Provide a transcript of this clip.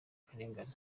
akarengane